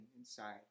inside